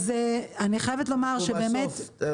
אנחנו בסוף.